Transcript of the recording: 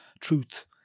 truth